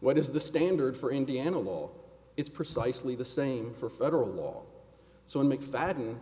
what is the standard for indiana law it's precisely the same for federal law so in mcfadden